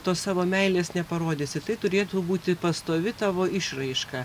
tos savo meilės neparodysi tai turėtų būti pastovi tavo išraiška